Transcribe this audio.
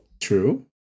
True